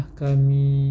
kami